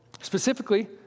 Specifically